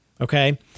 okay